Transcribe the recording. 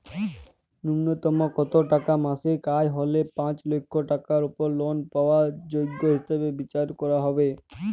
ন্যুনতম কত টাকা মাসিক আয় হলে পাঁচ লক্ষ টাকার উপর লোন পাওয়ার যোগ্য হিসেবে বিচার করা হবে?